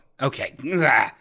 Okay